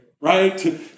right